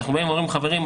אנחנו באים אומרים: חברים,